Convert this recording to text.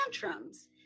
tantrums